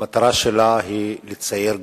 המטרה שלה היא לצייר גבולות,